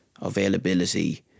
availability